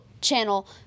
channel